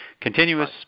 Continuous